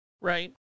Right